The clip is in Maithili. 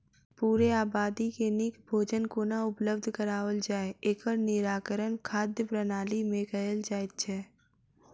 पूरे आबादी के नीक भोजन कोना उपलब्ध कराओल जाय, एकर निराकरण खाद्य प्रणाली मे कयल जाइत छै